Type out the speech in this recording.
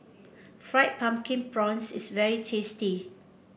Fried Pumpkin Prawns is very tasty